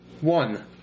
One